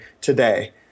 today